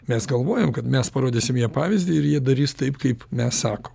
mes galvojam kad mes parodysim jiem pavyzdį ir jie darys taip kaip mes sakom